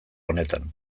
honetan